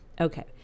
Okay